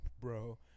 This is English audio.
bro